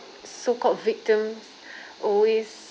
so called victim always